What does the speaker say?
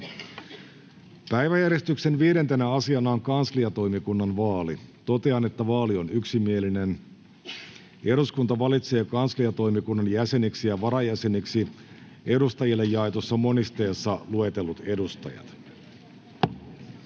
Päiväjärjestyksen 5. asiana on kansliatoimikunnan vaali. Totean, että vaali on yksimielinen. Eduskunta valitsee kansliatoimikunnan jäseniksi ja varajäseniksi edustajille jaetussa monisteessa luetellut edustajat.